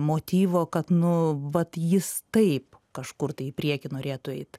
motyvo kad nu vat jis taip kažkur tai į priekį norėtų eit